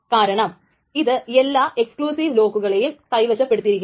കാരണം ഇത് എല്ലാ എക്സ്ക്ലൂസീവ് ലോക്കുകളെയും കൈവശപ്പെടുത്തിയിരുന്നു